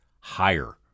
higher